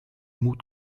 mut